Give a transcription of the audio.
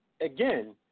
again